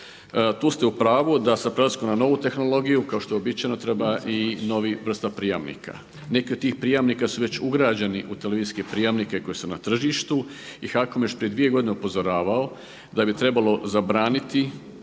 Tu ste u pravu da sa prelaskom na novu tehnologiju kao što je uobičajeno treba i nova vrsta prijamnika. Neki od tih prijamnika su već ugrađeni u televizijske prijamnike koji su na tržištu i HAKOM je još prije 2 godine upozoravao da bi trebalo zabraniti